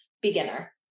beginner